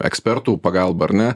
ekspertų pagalba ar ne